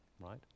right